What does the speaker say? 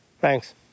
Thanks